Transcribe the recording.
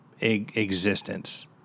existence